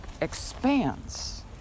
expands